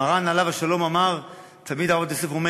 מרן עליו השלום אמר, תמיד היה הרב